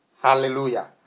Hallelujah